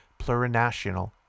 plurinational